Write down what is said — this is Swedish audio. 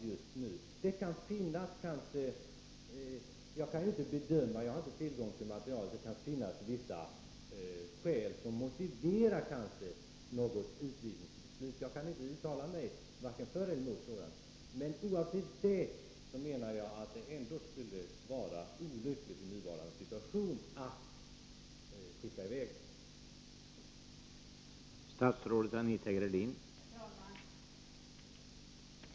Det kanske kan finnas skäl som motiverar något utvisningsbeslut— jag kan inte uttala mig om det eftersom jag inte har tillgång till allt material — men oavsett detta menar jag ändå att det skulle vara olyckligt i nuvarande situation att utvisa dessa palestinier.